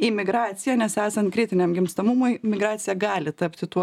imigracija nes esan kritiniam gimstamumui migracija gali tapti tuo